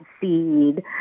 seed